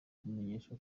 kumenyesha